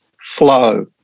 flow